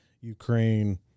Ukraine